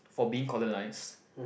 for being colonized